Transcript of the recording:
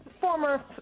former